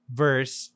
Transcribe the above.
verse